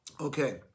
Okay